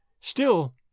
Still